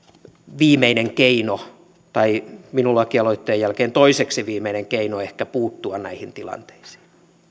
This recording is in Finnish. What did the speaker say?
viimeinen keino tai minun lakialoitteeni jälkeen toiseksi viimeinen keino ehkä puuttua näihin tilanteisiin